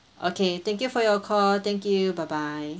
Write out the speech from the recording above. okay thank you for your call thank you bye bye